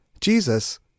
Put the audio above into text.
Jesus